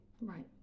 Right